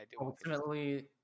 ultimately